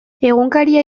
egunkaria